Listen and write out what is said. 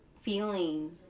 feeling